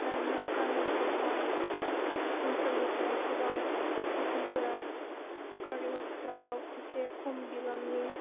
मानोना गामि गफा ओनसोलनिफ्राय गोबां पेसेन्टफोरा सरखारि हस्पिटालाव इसे खम बिबांनि